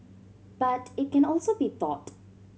but it can also be taught